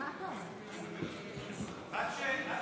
עד שתגיעי,